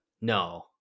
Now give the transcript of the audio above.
No